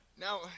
Now